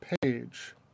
page